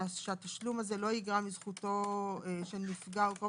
שהתשלום הזה לא יגרע מזכותו של נפגע או קרוב